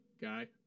guy